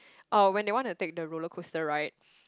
uh when they want to take the roller coaster ride